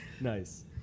Nice